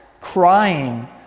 crying